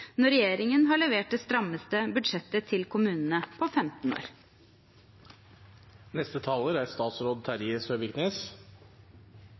når regjeringen har levert det strammeste budsjettet til kommunene på 15